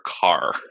car